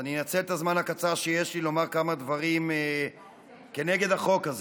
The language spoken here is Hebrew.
אז אני אנצל את הזמן הקצר שיש לי לומר כמה דברים נגד החוק הזה.